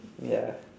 ya